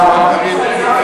זה מה שיש בחוק הזה.